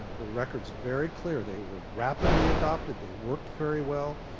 ah the record is very clear, they were rapidly adopted. they worked very well.